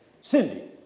Cindy